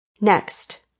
Next